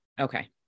Okay